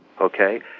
Okay